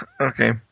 okay